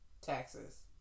taxes